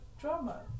drama